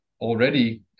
already